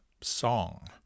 song